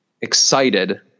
excited